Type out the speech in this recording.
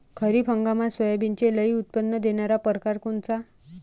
खरीप हंगामात सोयाबीनचे लई उत्पन्न देणारा परकार कोनचा?